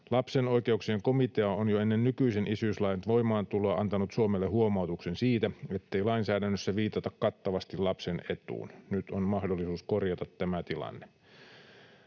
Lapsen oikeuksien komitea on jo ennen nykyisen isyyslain voimaantuloa antanut Suomelle huomautuksen siitä, ettei lainsäädännössä viitata kattavasti lapsen etuun. Nyt on mahdollisuus korjata tämä tilanne.